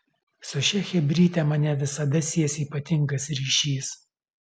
su šia chebryte mane visada sies ypatingas ryšys